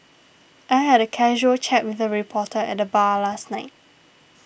I had a casual chat with a reporter at the bar last night